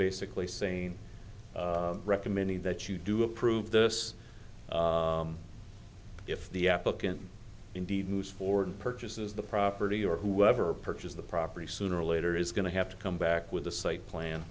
basically saying recommending that you do approve this if the applicant indeed moves forward and purchases the property or whoever purchased the property sooner or later is going to have to come back with a site plan